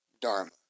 dharma